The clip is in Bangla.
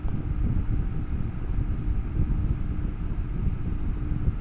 টমেটো চাষে বিঘা প্রতি জমিতে শ্রমিক, বাঁশ, চারা, সার ও কীটনাশক বাবদ কত টাকা খরচ হয়?